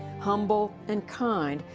humble and kind,